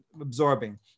absorbing